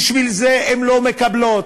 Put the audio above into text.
לכן הן לא מקבלות.